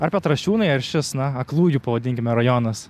ar petrašiūnai ar šis na aklųjų pavadinkime rajonas